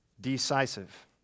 decisive